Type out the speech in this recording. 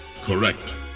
Correct